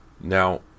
Now